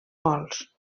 gols